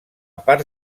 part